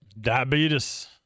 diabetes